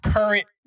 Current